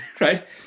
Right